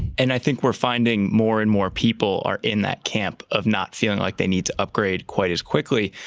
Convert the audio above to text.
and i think we're finding more and more people are in that camp of not feeling like they need to upgrade quite as quickly.